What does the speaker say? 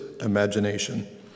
imagination